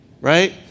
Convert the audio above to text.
right